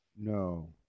No